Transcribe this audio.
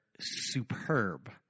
superb